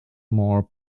more